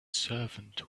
servant